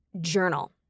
journal